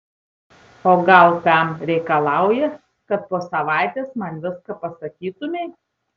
o gal pem reikalauja kad po savaitės man viską pasakytumei